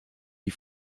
die